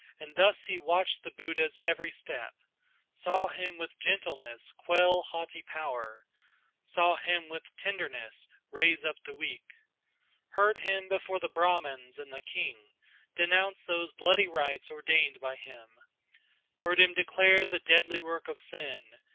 and thus he watched the buddha's every step saw him with gentleness quell haughty power saw him with tenderness raise up the weak heard him before the brahmans and the king denounce those bloody rites ordained by him heard him declare the deadly work of sin,